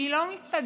היא לא מסתדרת.